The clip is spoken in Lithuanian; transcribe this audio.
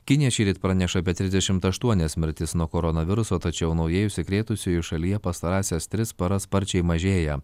kinija šįryt praneša apie trisdešimt aštuonis mirtis nuo koronaviruso tačiau naujai užsikrėtusiųjų šalyje pastarąsias tris paras sparčiai mažėja